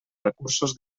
recursos